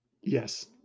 Yes